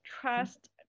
trust